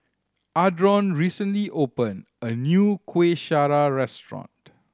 Adron recently opened a new Kueh Syara restaurant